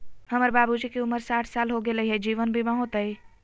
हमर बाबूजी के उमर साठ साल हो गैलई ह, जीवन बीमा हो जैतई?